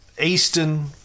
eastern